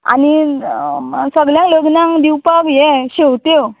आनी सगळ्यां लग्नाक दिवपाक हे शेवत्यो